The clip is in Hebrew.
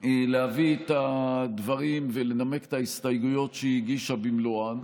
להביא את הדברים ולנמק את ההסתייגויות שהיא הגישה במלואן,